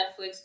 Netflix